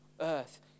earth